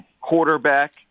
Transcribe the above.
quarterback